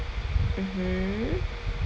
mmhmm